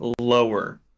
lower